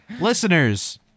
Listeners